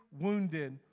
wounded